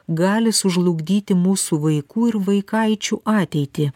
gali sužlugdyti mūsų vaikų ir vaikaičių ateitį